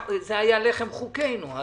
זה היה לחם חוקנו.